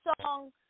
song